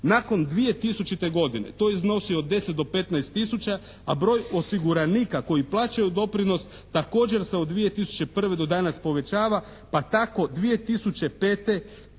Nakon 2000. godine to je iznosio 10 do 15 tisuća, a broj osiguranika koji plaćaju doprinos također se od 2001. do danas povećava pa tako 2005. bilo